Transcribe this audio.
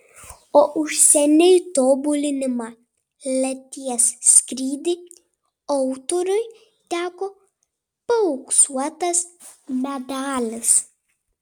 o už seniai tobulinamą ieties skrydį autoriui teko paauksuotas medalis